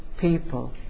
people